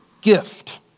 gift